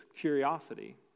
curiosity